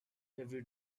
every